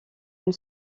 une